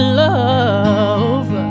love